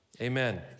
amen